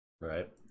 Right